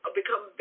become